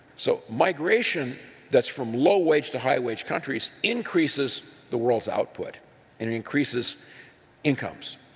so migration that's from low wage to high wage countries increases the world's output and it increases incomes.